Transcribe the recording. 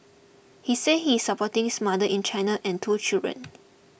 he said he is supporting his mother in China and two children